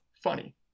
funny